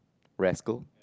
rascal